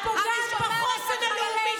לשאול שאלות.